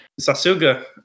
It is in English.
Sasuga